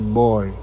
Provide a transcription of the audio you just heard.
boy